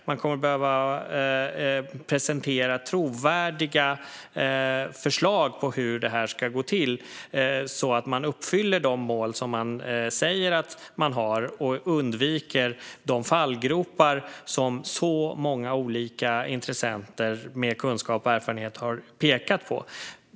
Man kommer att behöva presentera trovärdiga förslag på hur det här ska gå till så att man uppfyller de mål som man säger att man har och undviker de fallgropar som så många intressenter med kunskap och erfarenhet har pekat på.